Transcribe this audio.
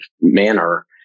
manner